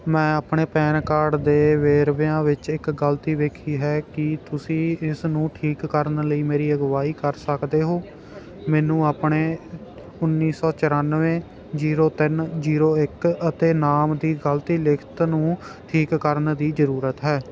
ਮੈਂ ਆਪਣੇ PAN card ਦੇ ਵੇਰਵਿਆਂ ਵਿੱਚ ਇੱਕ ਗਲਤੀ ਵੇਖੀ ਹੈ ਕੀ ਤੁਸੀਂ ਇਸ ਨੂੰ ਠੀਕ ਕਰਨ ਲਈ ਮੇਰੀ ਅਗਵਾਈ ਕਰ ਸਕਦੇ ਹੋ ਮੈਨੂੰ ਆਪਣੇ ਉੱਨੀ ਸੌ ਚੁਰਾਨਵੇਂ ਜੀਰੋ ਤਿੰਨ ਜੀਰੋ ਇੱਕ ਅਤੇ ਨਾਮ ਦੀ ਗਲਤੀ ਲਿਖਤ ਨੂੰ ਠੀਕ ਕਰਨ ਦੀ ਜ਼ਰੂਰਤ ਹੈ